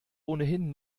ohnehin